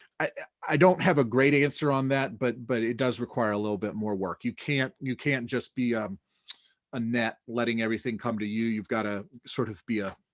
i don't have a great answer on that, but but it does require a little bit more work. you can't you can't just be um a net letting everything come to you, you've gotta sort of be a